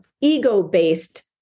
ego-based